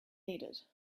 needed